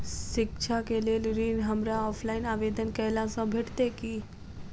शिक्षा केँ लेल ऋण, हमरा ऑफलाइन आवेदन कैला सँ भेटतय की?